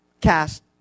cast